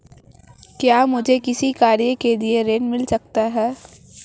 क्या मुझे कृषि कार्य के लिए ऋण मिल सकता है?